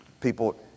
people